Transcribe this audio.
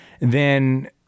then-